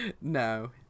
No